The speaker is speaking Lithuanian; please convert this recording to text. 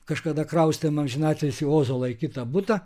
kažkada kraustėm amžinatilsį ozolą į kitą butą